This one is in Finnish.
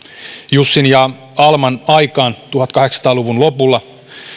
jussin ja alman aikaan tuhatkahdeksansataa luvun lopulla